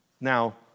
Now